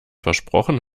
versprochen